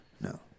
No